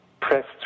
pressed